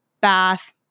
bath